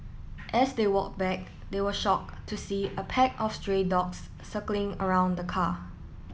as they walk back they were shock to see a pack of stray dogs circling around the car